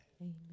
Amen